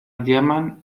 llamaban